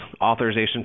authorization